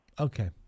okay